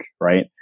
right